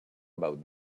about